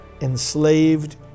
enslaved